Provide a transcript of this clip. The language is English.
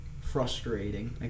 frustrating